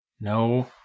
No